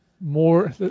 more